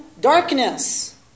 darkness